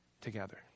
together